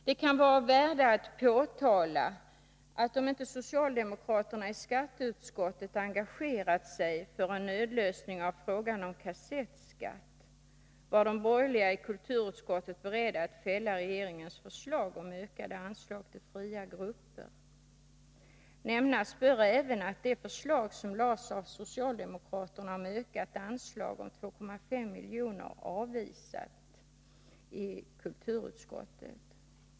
Det kan vara av värde att påtala att om inte socialdemokraterna i skatteutskottet hade engagerat sig för en nödlösning av frågan om kassettskatt var de borgerliga i kulturutskottet beredda att fälla regeringens förslag om ökade anslag till fria grupper. Nämnas bör även att det förslag som lades av socialdemokraterna om ökat anslag på 2,5 milj.kr. har avvisats i kulturutskottet.